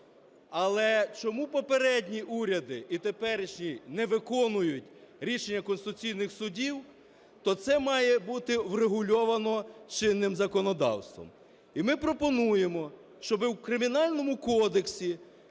Але чому попередні уряди і теперішні не виконують рішення Конституційного Суду, то це має бути врегульовано чинним законодавством. І ми пропонуємо, щоб в Кримінальному кодексі,